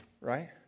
right